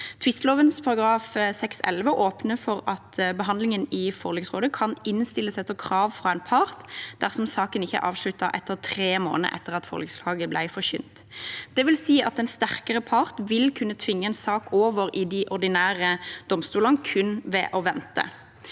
Tvisteloven § 6-11 åpner for at behandlingen i forliksrådet kan innstilles etter krav fra en part dersom saken ikke er avsluttet innen tre måneder etter at forliksklagen ble forkynt. Det vil si at en sterkere part vil kunne tvinge en sak over i de ordinære domstolene kun ved å vente,